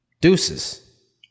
deuces